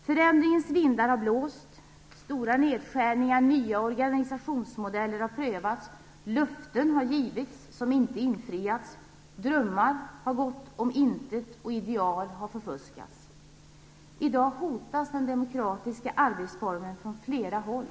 Förändringens vindar har blåst. Stora nedskärningar har gjorts och nya organisationsmodeller har prövats. Löften har givits som inte har infriats. Drömmar har gått om intet och ideal har förfuskats. I dag hotas den demokratiska arbetsformen från flera håll.